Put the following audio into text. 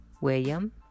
William